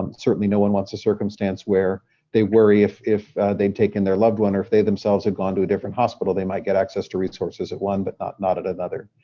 um certainly no one wants a circumstance, where they worry if if they'd taken their loved one or if they themselves have gone to a different hospital, they might get access to resources at one but not not at another.